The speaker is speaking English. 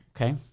okay